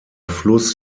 fluss